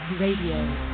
Radio